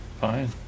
Fine